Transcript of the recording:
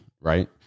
right